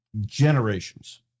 generations